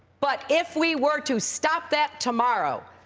but if we were to stop that tomorrow,